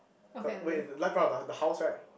the wait left part of the the house right